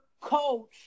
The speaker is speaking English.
coach